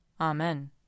Amen